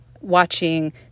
watching